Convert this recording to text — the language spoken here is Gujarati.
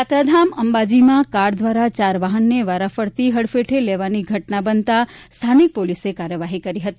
યાત્રાધામ અંબાજીમાં કાર દ્વારા ચાર વાહનને વારાફરતી હડફેટે લેવાની ઘટના બનતા સ્થાનિક પોલીસે કાર્યવાહી કરી હતી